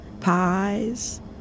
pies